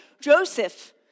Joseph